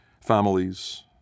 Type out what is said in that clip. families